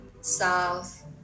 south